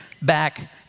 back